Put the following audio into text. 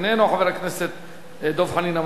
חבר הכנסת דב חנין, אמר שינמק.